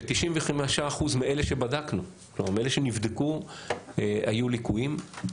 ב-95% מאלה שבדקנו, מאלה שנבדקו, היו ליקויים.